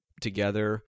together